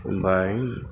ओमफ्राय